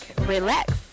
relax